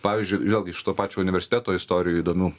pavyzdžiui vėlgi iš to pačio universiteto istorijų įdomių